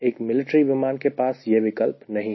एक मिलिट्री विमान के पास यह विकल्प नहीं है